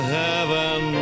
heaven